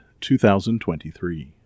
2023